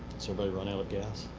everybody run out of gas?